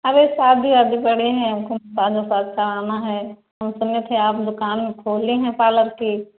अरे शादी वादी पड़ी हैं हमको मसाज ओसाज कराना है हम सुने थे आप दुकान खोली हैं पालर की